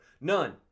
none